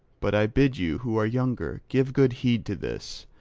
but i bid you who are younger give good heed to this.